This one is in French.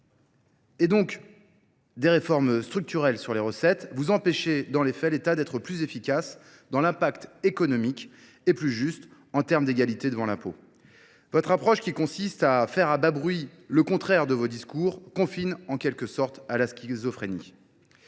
et donc des réformes structurelles sur les recettes, vous empêchez dans les faits l'État d'être plus efficace dans l'impact économique et plus juste en termes d'égalité devant l'impôt. Votre approche qui consiste à faire à bas bruit le contraire de vos discours confine en quelque sorte à la schizophrénie.